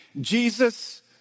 Jesus